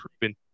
proven